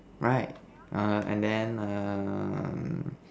right err and then um